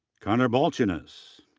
conner balciunas,